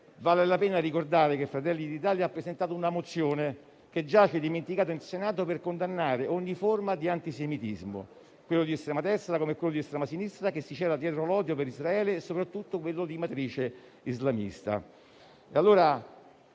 Vale la pena ricordare che Fratelli d'Italia ha presentato una mozione, che giace dimenticata in Senato, per condannare ogni forma di antisemitismo, quello di estrema destra come quello di estrema sinistra, che si cela dietro l'odio per Israele, e soprattutto quello di matrice islamista.